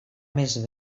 més